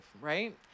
right